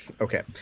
Okay